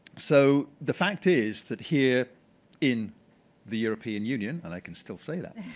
so the fact is that here in the european union, and i can still say that,